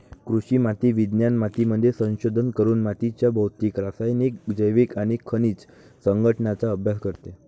कृषी माती विज्ञान मातीमध्ये संशोधन करून मातीच्या भौतिक, रासायनिक, जैविक आणि खनिज संघटनाचा अभ्यास करते